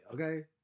okay